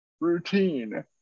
routine